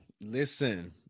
Listen